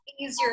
easier